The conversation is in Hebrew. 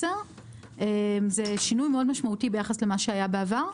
10. זה שינוי מאוד משמעותי ביחס למה שהיה בעבר,